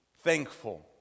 thankful